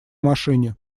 машине